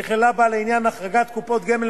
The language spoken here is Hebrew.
שנכללה בה לעניין החרגת קופות גמל